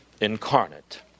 incarnate